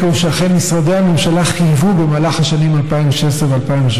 משרדי הממשלה חייבו במהלך השנים 2016 ו-2017